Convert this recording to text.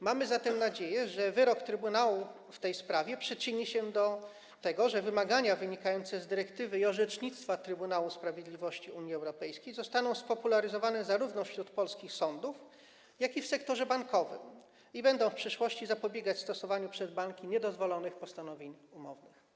Mamy zatem nadzieję, że wyrok Trybunału w tej sprawie przyczyni się do tego, że wymagania wynikające z dyrektywy i orzecznictwa Trybunału Sprawiedliwości Unii Europejskiej zostaną spopularyzowane zarówno wśród polskich sądów, jak i w sektorze bankowym i będą w przyszłości zapobiegać stosowaniu przez banki niedozwolonych postanowień umownych.